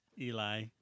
Eli